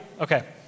Okay